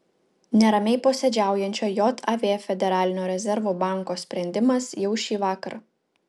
neramiai posėdžiaujančio jav federalinio rezervų banko sprendimas jau šįvakar